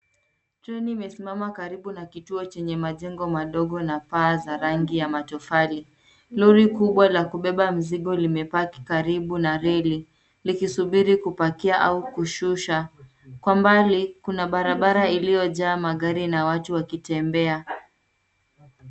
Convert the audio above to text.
Treni imesimama karibun na kituo chenye majengo madogo na paa za rangi ya matofali. Lori kubwa la kubeba mzigo limepaki karibu na reli likisubiri pakia au kushusha. Kwa mbali, kuna barabara ilio jaa magari na watu wakitembea.